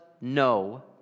no